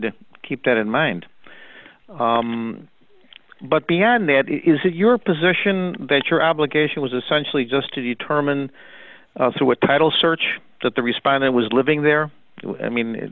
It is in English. to keep that in mind but beyond that is that your position venture obligation was essentially just to determine what title search that the response i was living there i mean